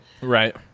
Right